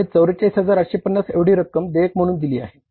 आणि 44850 एवढी रक्कम देयक म्हणून दिली आहे